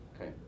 okay